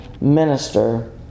minister